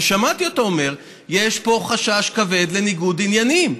שמעתי אותו אומר: יש פה חשש כבד לניגוד עניינים.